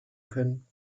können